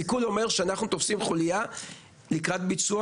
סיכול אומר שאנחנו תופסים חולייה לקראת ביצוע,